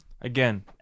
Again